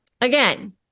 Again